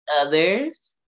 others